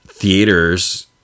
theaters